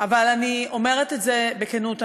אבל אני אומרת את זה בכנות.